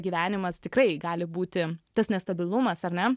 gyvenimas tikrai gali būti tas nestabilumas ar ne